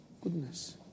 Goodness